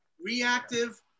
reactive